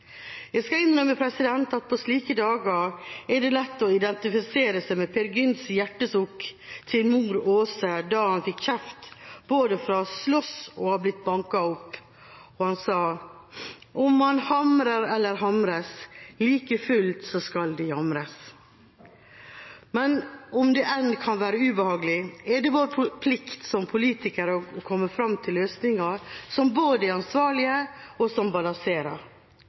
Jeg skal innrømme at på slike dager er det lett å identifisere seg med Peer Gynts hjertesukk til Mor Aase da han fikk kjeft for både å ha slåss og å ha blitt banket opp. Han sa: «Om jeg hamrer eller hamres, like fullt så skal det jamres». Men om det kan være ubehagelig, er det vår plikt som politikere å komme fram til løsninger som både er ansvarlige og som balanserer.